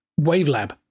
Wavelab